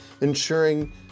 ensuring